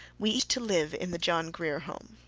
we eat to live in the john grier home.